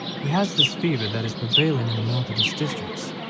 he has this fever that is prevailing in the mountainous districts,